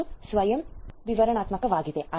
ಸಾಕಷ್ಟು ಸ್ವಯಂ ವಿವರಣಾತ್ಮಕವಾಗಿದೆ